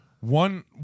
one